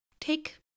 take